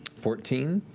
fourteen.